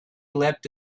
leapt